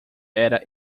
era